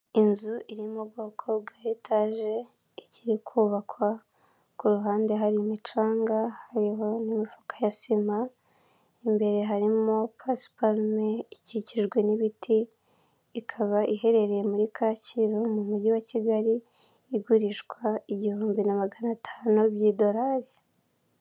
Inzu i mu ubwoko bwa etage ikiri kubakwa ku ruhande hari imicanga hariho n'imifuka ya sima, imbere harimo pasiparume, ikikijwe n'ibiti, ikaba iherereye muri Kacyiru mu mujyi wa Kigali igurishwa igihumbi na magana atanu by'idolali